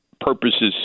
purposes